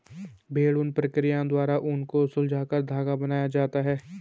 भेड़ ऊन प्रक्रिया द्वारा ऊन को सुलझाकर धागा बनाया जाता है